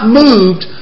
moved